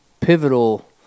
pivotal